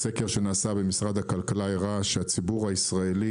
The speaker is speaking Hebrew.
סקר שנעשה במשרד הכלכלה הראה שהציבור הישראלי